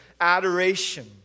adoration